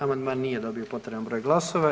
Amandman nije dobio potreban broj glasova.